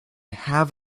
have